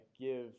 give